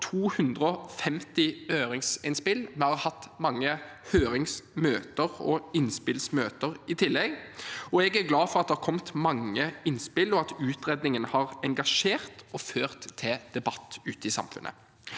kommet over 250 høringsinnspill. Vi har hatt mange høringsmøter og innspillsmøter i tillegg. Jeg er glad for at det har kommet mange innspill, og at utredningen har engasjert og ført til debatt ute i samfunnet.